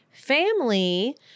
family